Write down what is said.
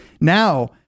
now